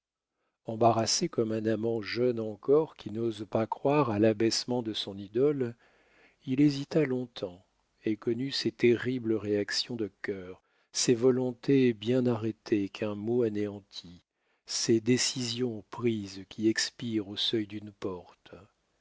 embarrassé comme un amant jeune encore qui n'ose pas croire à l'abaissement de son idole il hésita long-temps et connut ces terribles réactions de cœur ces volontés bien arrêtées qu'un mot anéantit ces décisions prises qui expirent au seuil d'une porte